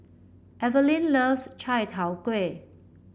Evalyn loves Chai Tow Kuay